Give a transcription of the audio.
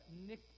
Nick